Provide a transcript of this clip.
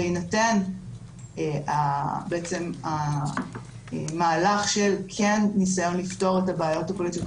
בהינתן בעצם המהלך של כן ניסיון לפתור את הבעיות הפוליטיות,